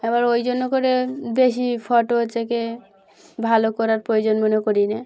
আবার ওই জন্য করে বেশি ফোটো হচ্ছে কে ভালো করার প্রয়োজন মনে করি না